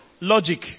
logic